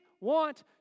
want